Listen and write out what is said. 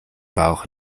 bauch